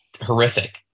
horrific